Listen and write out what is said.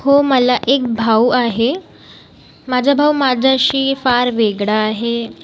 हो मला एक भाऊ आहे माझा भाऊ माझ्याशी फार वेगळा आहे